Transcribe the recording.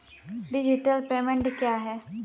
Digital payment क्या हैं?